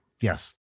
Yes